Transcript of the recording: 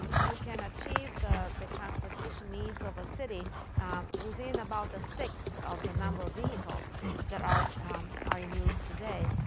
you can achieve the the transportation needs of a city within about a sixth of the number of vehicles that are are in use today.